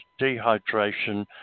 dehydration